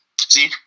See